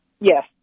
Yes